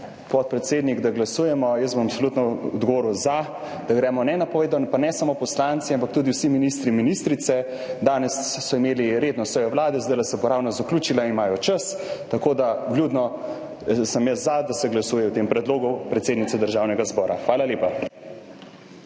podpredsednik, da glasujemo, sam bom absolutno za, da gremo nenapovedano. Pa ne samo poslanci, ampak tudi vsi ministri in ministrice. Danes so imeli redno sejo Vlade, zdajle se bo ravno zaključila in imajo čas. Sam sem za to, da se glasuje o tem predlogu predsednice Državnega zbora. Hvala lepa.